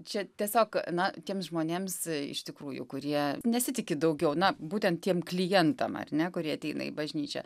čia tiesiog na tiems žmonėms iš tikrųjų kurie nesitiki daugiau na būtent tiem klientam ar ne kurie ateina į bažnyčią